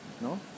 no